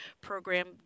program